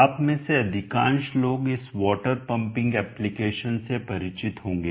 आप में से अधिकांश लोग इस वाटर पंपिंग एप्लीकेशन से परिचित होंगे